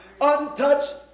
untouched